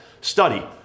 study